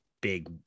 big